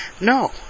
no